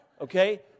Okay